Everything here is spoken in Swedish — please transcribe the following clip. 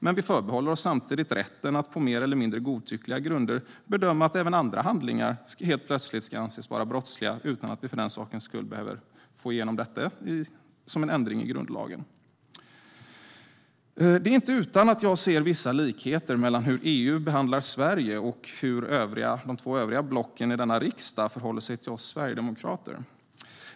Men vi förbehåller oss samtidigt rätten att på mer eller mindre godtyckliga grunder bedöma att även andra handlingar helt plötsligt ska anses vara brottsliga utan att vi för den sakens skull behöver få igenom det som en ändring i grundlagen. Det är inte utan att jag ser vissa likheter mellan hur EU behandlar Sverige och hur de två övriga blocken i denna riksdag förhåller sig till oss sverigedemokrater.